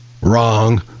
Wrong